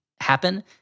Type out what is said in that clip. happen